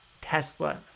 Tesla